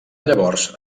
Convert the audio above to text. llavors